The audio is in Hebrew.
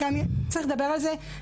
צריך לדבר על זה,